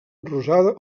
rosada